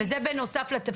וזה בנוסף על תפקיד?